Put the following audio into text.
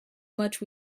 much